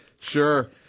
Sure